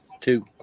Two